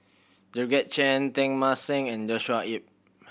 Georgette Chen Teng Mah Seng and Joshua Ip